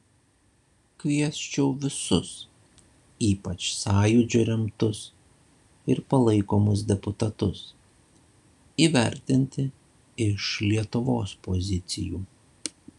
kviesčiau visus ypač sąjūdžio remtus ir palaikomus deputatus įvertinti iš lietuvos pozicijų